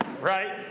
right